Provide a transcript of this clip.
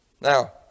Now